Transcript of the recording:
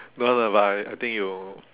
no lah but I think you